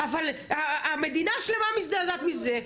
אבל המדינה שלמה מזדעזעת מזה,